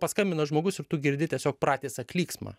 paskambina žmogus ir tu girdi tiesiog pratisą klyksmą